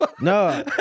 No